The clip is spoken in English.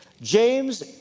James